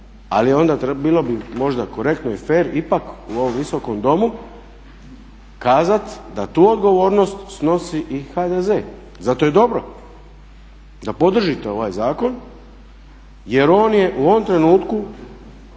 Ali onda bilo bi možda korektno i fer ipak u ovom Visokom domu kazati da tu odgovornost snosi i HDZ. Zato je dobro da podržite ovaj zakon jer on je u ovom trenutku